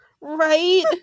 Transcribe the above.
Right